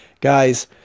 Guys